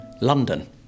London